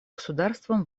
государствам